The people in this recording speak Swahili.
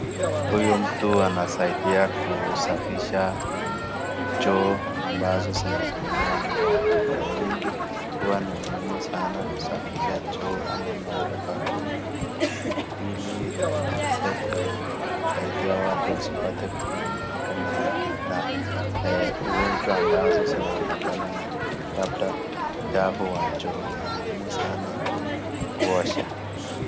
Huyu mtu anasaidia kusafisha, choo ambazo zinatumiwa na watu mara nyingi huwa ni muhimu sana kusafisha choo ama mahali pa kutumia ,ili tuweze kusaidia watu wasipate kipindupindu na ugonjwa ambazo zinaambatana na labda uchafu wa chooni, ya muhimu sana kuosha.